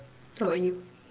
how about you